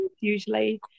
usually